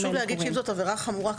חשוב להגיד שאם זאת עבירה חמורה,